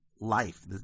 life